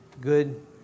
good